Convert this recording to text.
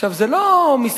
עכשיו, זה לא משחק.